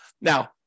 Now